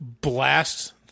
blasts